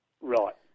Right